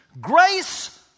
Grace